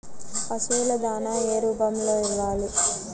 పశువుల దాణా ఏ రూపంలో ఇవ్వాలి?